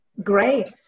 Great